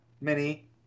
mini